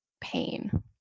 pain